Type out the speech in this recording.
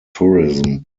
tourism